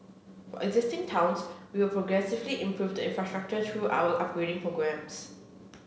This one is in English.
for existing towns we will progressively improve the infrastructure through our upgrading programmes